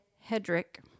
Hedrick